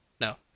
no